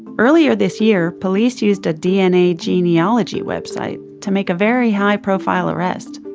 earlier this year, police used a dna genealogy website to make a very high profile arrest.